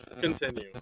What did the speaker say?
Continue